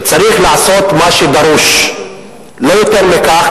וצריך לעשות מה שדרוש ולא יותר מכך,